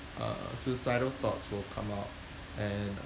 uh suicidal thoughts will come out and